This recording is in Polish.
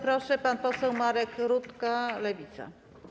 Proszę, pan poseł Marek Rutka, Lewica.